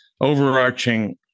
overarching